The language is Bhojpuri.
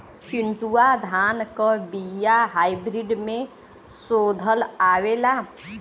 चिन्टूवा धान क बिया हाइब्रिड में शोधल आवेला?